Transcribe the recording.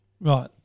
Right